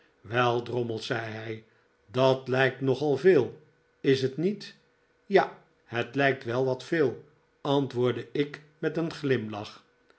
wel drommels zei hij dat lijkt nogal veel is het niet ja het lijkt wel wat veel antwoordde ik met een glimlach